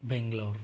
Bangalore